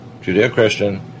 Judeo-Christian